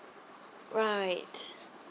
right